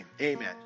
amen